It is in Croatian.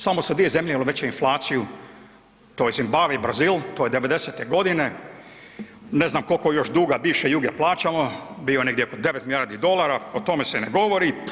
Samo su dvije zemlje imale veću inflaciju, to je Zimbabve i Brazil, to je 90-e godine, ne znam koliko još duga bivše „Juge“ plaćamo, bio je negdje 9 milijardi dolara, o tome se ne govori.